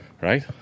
right